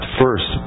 first